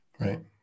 right